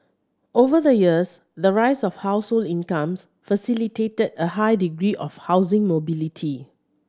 over the years the rise of household incomes facilitated a high degree of housing mobility